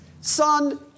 Son